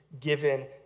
given